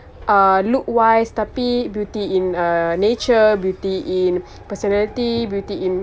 uh look wise tapi beauty in uh nature beauty in personality beauty in